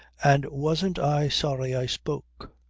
and wasn't i sorry i spoke!